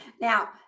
Now